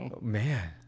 man